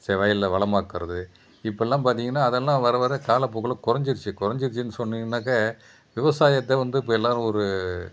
செ வயல்ல வளமாக்குறது இப்பெல்லாம் பாத்தீங்கன்னா அதெல்லாம் வர வர காலப்போக்கில் குறஞ்சிருச்சி குறஞ்சிருச்சின்னு சொன்னிங்கன்னாக்க விவசாயத்தை வந்து இப்போ எல்லாரும் ஒரு